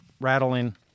rattling